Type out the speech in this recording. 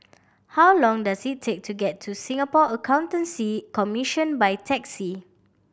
how long does it take to get to Singapore Accountancy Commission by taxi